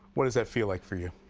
what does that feel like for you?